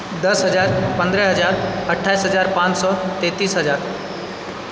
दश हजार पन्द्रह हजार अठाइस हजार पाँच सए तेतीस हजार